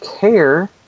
care